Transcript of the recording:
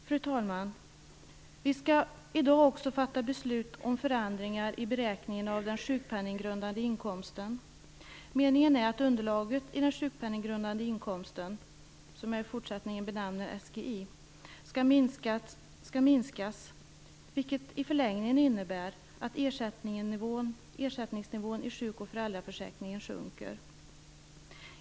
Fru talman! Vi skall i dag också fatta beslut om förändringar i beräkningen av den sjukpenninggrundande inkomsten, som jag i fortsättningen benämner SGI. Meningen är att underlaget för SGI skall minskas, vilket i förlängningen innebär att ersättningsnivån i sjuk och föräldraförsäkringen sjunker.